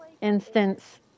instance